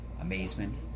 amazement